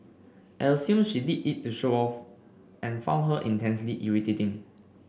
I assumed she did it to show off and found her intensely irritating